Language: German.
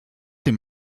dem